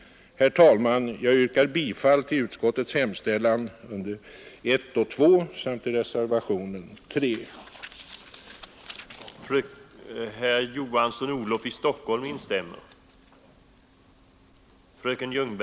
Herr talman! Jag yrkar bifall till civilutskottets hemställan under 1 och 2 samt till reservationen 3.